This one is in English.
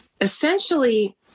essentially